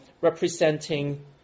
representing